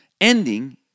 Ending